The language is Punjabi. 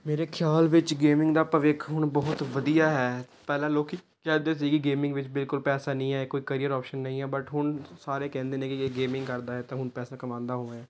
ਮੇਰੇ ਖਿਆਲ ਵਿੱਚ ਗੇਮਿੰਗ ਦਾ ਭਵਿੱਖ ਹੁਣ ਬਹੁਤ ਵਧੀਆ ਹੈ ਪਹਿਲਾਂ ਲੋਕ ਕਹਿੰਦੇ ਸੀ ਕਿ ਗੇਮਿੰਗ ਵਿੱਚ ਬਿਲਕੁਲ ਪੈਸਾ ਨਹੀਂ ਹੈ ਇਹ ਕੋਈ ਕਰੀਅਰ ਆਪਸ਼ਨ ਨਹੀਂ ਹੈ ਬਟ ਹੁਣ ਸਾਰੇ ਕਹਿੰਦੇ ਨੇ ਕਿ ਜੇ ਗੇਮਿੰਗ ਕਰਦਾ ਹੈ ਤਾਂ ਹੁਣ ਪੈਸਾ ਕਮਾਉਂਦਾ ਹੋਇਆ